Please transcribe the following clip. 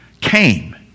came